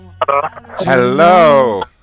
Hello